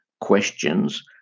questions